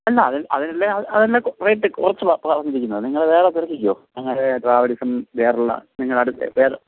അല്ല അത് അതിനല്ലേ അതല്ലേ റേറ്റ് കുറച്ച് പറഞ്ഞിരിക്കുന്നെ നിങ്ങൾ വേറെ തിരക്കിക്കോ ഞങ്ങളുടെ ട്രാവൽസും വേറെ ഉള്ള നിങ്ങളെ അടുത്ത് വേറെ